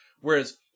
Whereas